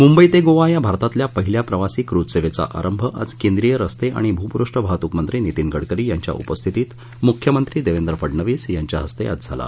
मुंबई ते गोवा या भारतातल्या पहिल्या प्रवासी क्रूझसेवेचा आरंभ आज केंद्रीय रस्ते आणि भूपुष्ठ वाहतूकमंत्री नितीन गडकरी यांच्या उपस्थितीत मुख्यमंत्री देवेंद्र फडणवीस यांच्या हस्ते आज झाला